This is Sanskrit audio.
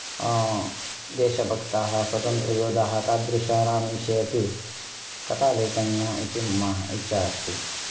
देशभक्ताः स्वतन्त्रयोद्धाः तादृशानाम् विषये अपि कथा लेखनीया इति मम इच्छा अस्ति